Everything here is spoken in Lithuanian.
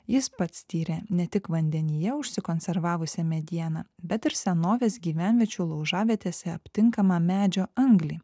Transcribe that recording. jis pats tyrė ne tik vandenyje užsikonservavusią medieną bet ir senovės gyvenviečių laužavietėse aptinkamą medžio anglį